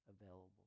available